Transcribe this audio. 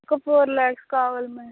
ఒక ఫోర్ ల్యాక్స్ కావాలి మేడం